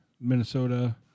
Minnesota